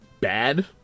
bad